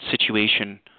situation